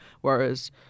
whereas